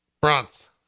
bronze